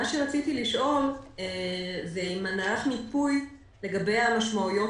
רציתי לשאול אם נערך מיפוי לגבי המשמעויות